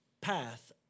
path